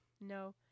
No